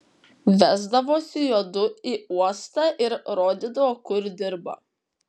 vesdavosi juodu į uostą ir rodydavo kur dirba